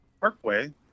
parkway